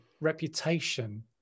reputation